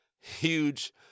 huge